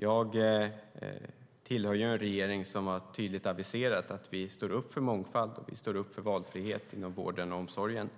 Jag tillhör en regering som tydligt har aviserat att vi står upp för mångfald och valfrihet inom vården och omsorgen.